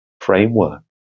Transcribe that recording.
framework